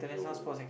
!aiyo!